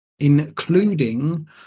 Including